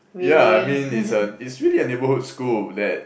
ya I mean it's a is really a neighborhood school that